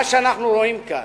מה שאנחנו רואים כאן,